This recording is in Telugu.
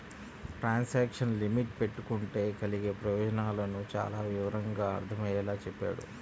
ట్రాన్సాక్షను లిమిట్ పెట్టుకుంటే కలిగే ప్రయోజనాలను చానా వివరంగా అర్థమయ్యేలా చెప్పాడు